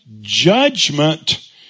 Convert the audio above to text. judgment